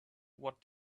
what